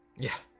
yeah,